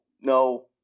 no